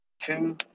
two